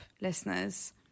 listeners